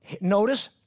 Notice